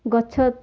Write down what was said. ଗଛ